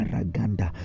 Raganda